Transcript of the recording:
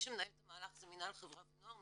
מי שמנהל את המהלך זה מינהל חברה ונוער,